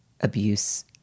abuse